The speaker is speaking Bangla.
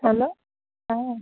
হ্যালো হ্যাঁ